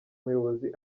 muyobozi